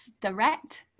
direct